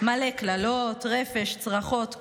מלא קללות, רפש, צרחות.